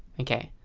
okay,